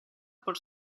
por